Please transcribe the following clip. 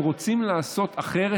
אם רוצים לעשות אחרת,